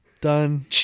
Done